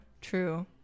True